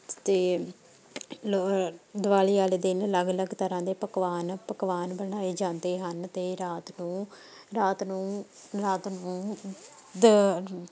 ਅਤੇ ਲੋ ਦੀਵਾਲੀ ਵਾਲੇ ਦਿਨ ਅਲੱਗ ਅਲੱਗ ਤਰ੍ਹਾਂ ਦੇ ਪਕਵਾਨ ਪਕਵਾਨ ਬਣਾਏ ਜਾਂਦੇ ਹਨ ਅਤੇ ਰਾਤ ਨੂੰ ਰਾਤ ਨੂੰ ਰਾਤ ਨੂੰ